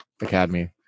Academy